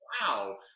wow